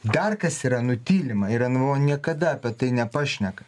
dar kas yra nutylima ir en v o niekada apie tai nepašneka